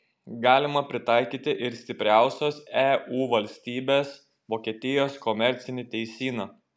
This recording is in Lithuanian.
galima pritaikyti ir stipriausios eu valstybės vokietijos komercinį teisyną